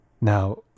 Now